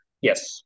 Yes